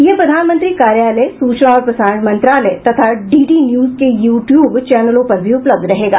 यह प्रधानमंत्री कार्यालय सूचना और प्रसारण मंत्रालय तथा डीडी न्यूज के यू ट्यूब चैनलों पर भी उपलब्ध रहेगा